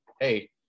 Hey